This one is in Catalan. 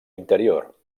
interior